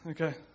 Okay